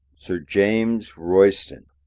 sir james royston.